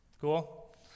cool